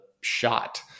shot